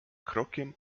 krokiem